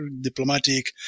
diplomatic